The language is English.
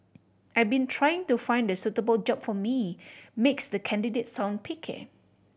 I've been trying to find the suitable job for me makes the candidate sound picky